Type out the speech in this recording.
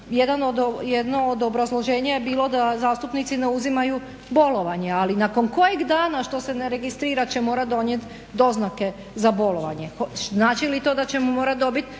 Jedno od obrazloženja je bilo da zastupnici ne uzimaju bolovanje, ali nakon kojeg dana što se ne registrira će morati donijeti doznake za bolovanje. Znači li to da ćemo morati dobiti